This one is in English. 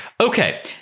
Okay